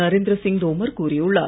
நரேந்திர சிங் கோமர் கூறியுள்ளார்